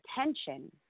attention